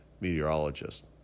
Meteorologist